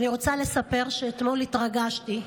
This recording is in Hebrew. ואני רוצה לספר שאתמול התרגשתי,